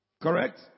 Correct